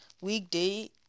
weekday